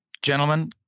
Gentlemen